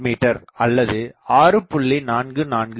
me அல்லது 6